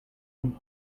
come